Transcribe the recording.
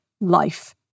life